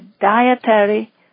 dietary